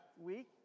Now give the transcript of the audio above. week